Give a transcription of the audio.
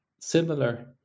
similar